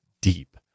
deep